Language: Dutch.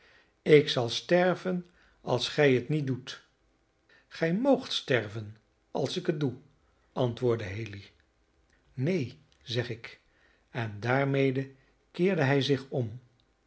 ik zal sterven als gij het niet doet gij moogt sterven als ik het doe antwoordde haley neen zeg ik en daarmede keerde hij zich om